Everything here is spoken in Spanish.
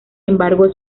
embargo